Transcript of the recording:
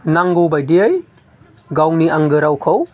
नांगौ बायदियै गावनि आंगो रावखौ